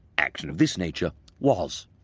action of this nature was.